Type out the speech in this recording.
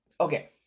Okay